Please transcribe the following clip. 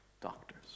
doctors